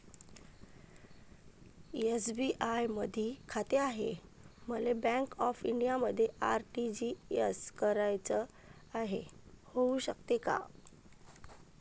SBI मधी खाते हाय, मले बँक ऑफ इंडियामध्ये आर.टी.जी.एस कराच हाय, होऊ शकते का?